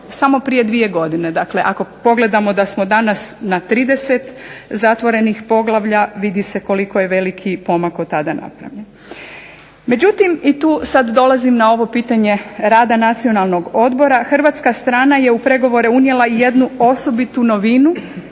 samo prije dvije godine. Dakle, ako pogledamo da smo danas na 30 zatvorenih poglavlja vidi se koliko je veliki pomak od tada napravljen. Međutim, i tu sad dolazim na ovo pitanje rada Nacionalnog odbora. Hrvatska strana je u pregovore unijela i jednu osobitu novinu